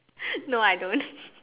no I don't